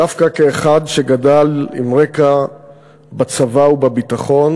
דווקא כאחד שגדל עם רקע בצבא ובביטחון,